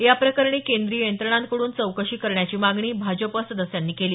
याप्रकरणी केंद्रीय यंत्रणांकडून चौकशी करण्याची मागणी भाजप सदस्यांनी केली